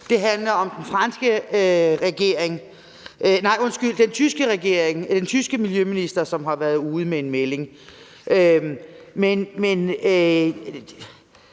handler om den tyske miljøminister, som har været ude med en melding.